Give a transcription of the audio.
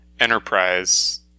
Enterprise